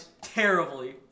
terribly